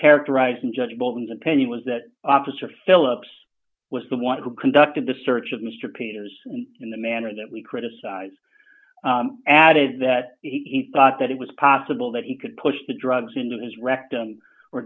characterized in judge bolton's opinion was that officer philips was the one who conducted the search of mr peters in the manner that we criticize ad is that he thought that it was possible that he could push the drugs into his rectum or